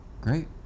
Great